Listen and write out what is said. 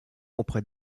auprès